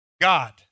God